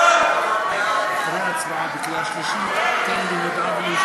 סעיפים 1 127 נתקבלו.